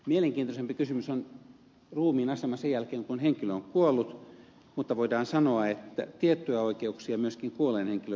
mielenkiintoisempi kysymys on ruumiin asema sen jälkeen kun henkilö on kuollut mutta voidaan sanoa että tiettyjä oikeuksia myöskin kuolleen henkilön ruumiiseen liittyy